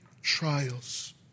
trials